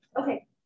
Okay